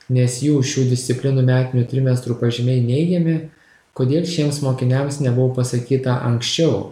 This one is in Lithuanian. nes jų šių disciplinų metinių trimestrų pažymiai neigiami kodėl šiems mokiniams nebuvo pasakyta anksčiau